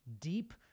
deep